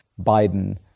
Biden